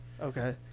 Okay